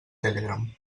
telegram